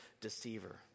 deceiver